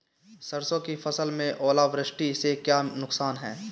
सरसों की फसल में ओलावृष्टि से क्या नुकसान है?